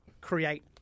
create